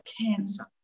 cancer